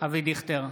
אבי דיכטר,